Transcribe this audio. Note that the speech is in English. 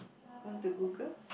want to Google